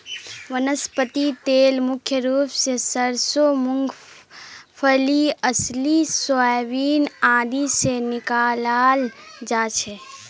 वनस्पति तेल मुख्य रूप स सरसों मूंगफली अलसी सोयाबीन आदि से निकालाल जा छे